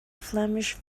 flemish